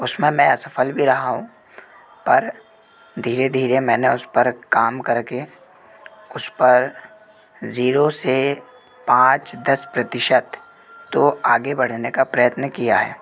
उसमें मैं असफल भी रहा हूँ पर धीरे धीरे मैंने उस पर काम करके उस पर ज़ीरो से पाँच दस प्रतिशत तो आगे बढ़ने का प्रयत्न किया है